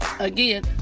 Again